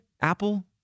Apple